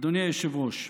אדוני היושב-ראש,